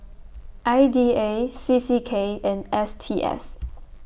I D A C C K and S T S